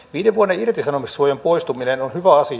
viiden vuoden irtisanomissuojan poistuminen on hyvä asia